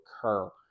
occur